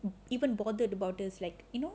even bothered about this like you know